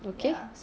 okay